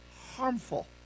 harmful